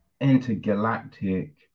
Intergalactic